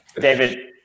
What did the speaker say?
David